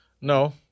No